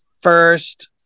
first